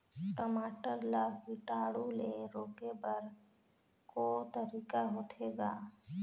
टमाटर ला कीटाणु ले रोके बर को तरीका होथे ग?